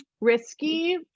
risky